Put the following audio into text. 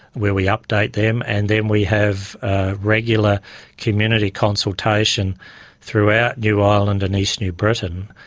where we update them. and then we have regular community consultation throughout new ireland and east new britain,